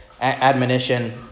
admonition